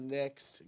next